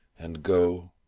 and go,